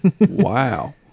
Wow